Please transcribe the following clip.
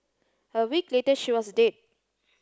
a week later she was dead